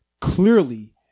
clearly